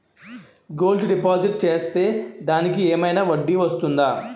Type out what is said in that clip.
Gold deposit చేస్తే దానికి ఏమైనా వడ్డీ వస్తుందా?